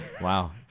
Wow